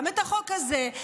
גם את החוק הזה,